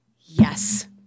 yes